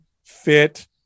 fit